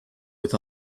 with